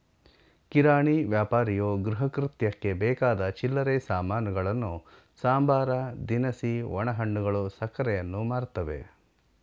ಕಿರಾಣಿ ವ್ಯಾಪಾರಿಯು ಗೃಹಕೃತ್ಯಕ್ಕೆ ಬೇಕಾದ ಚಿಲ್ಲರೆ ಸಾಮಾನುಗಳನ್ನು ಸಂಬಾರ ದಿನಸಿ ಒಣಹಣ್ಣುಗಳು ಸಕ್ಕರೆಯನ್ನು ಮಾರ್ತವೆ